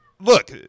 Look